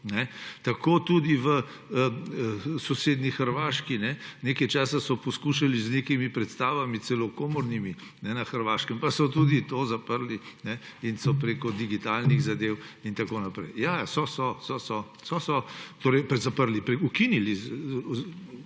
tako tudi v sosednji Hrvaški. Nekaj časa so poskušali z nekimi predstavami celo komornimi na Hrvaškem, pa so tudi to zaprli in so preko digitalnih zadev in tako naprej. /oglašanje iz dvorane/ So, so, so, so zaprli, ukinili,